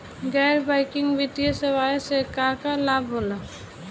गैर बैंकिंग वित्तीय सेवाएं से का का लाभ होला?